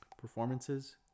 performances